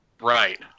Right